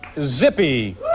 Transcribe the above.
Zippy